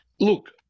Look